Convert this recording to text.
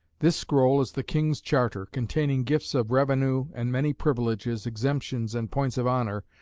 this scroll is the king's charter, containing gifts of revenew, and many privileges, exemptions, and points of honour,